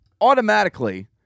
automatically